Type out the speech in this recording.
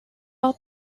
also